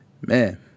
man